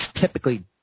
typically